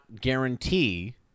guarantee